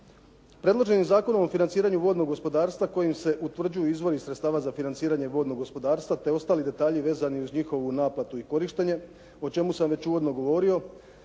Predloženim Zakonom o financiranju vodnog gospodarstva kojim se utvrđuju izvori sredstava za financiranje vodnog gospodarstva te ostali detalji vezani uz njihovu naplatu i korištenje o čemu sam već uvodno govorio,